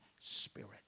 spirit